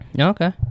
Okay